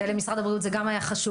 ולמשרד הבריאות זה גם היה חשוב.